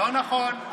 לא נכון,